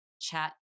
Chat